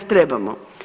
Trebamo.